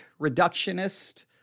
reductionist